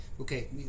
Okay